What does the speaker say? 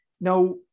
Now